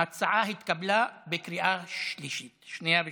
ההצעה התקבלה בקריאה שנייה ושלישית,